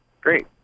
Great